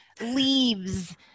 leaves